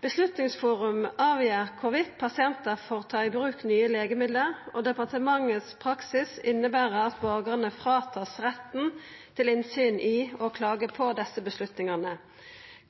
Beslutningsforum avgjør hvorvidt pasienter får ta i bruk nye legemidler, og departementets praksis innebærer at borgerne fratas retten til innsyn i og klage på disse beslutningene.